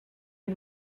des